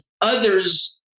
others